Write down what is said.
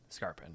Scarpin